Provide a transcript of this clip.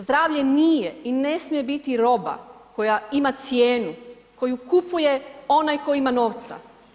Zdravlje nije i ne smije biti roba koja ima cijenu koju kupuje onaj koji ima novca.